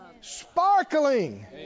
sparkling